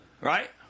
Right